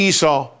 Esau